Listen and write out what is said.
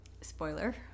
Spoiler